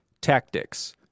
Tactics